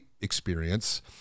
experience